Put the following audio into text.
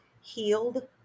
healed